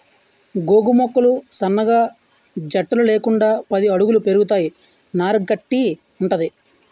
గోగు మొక్కలు సన్నగా జట్టలు లేకుండా పది అడుగుల పెరుగుతాయి నార కట్టి వుంటది